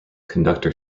conductor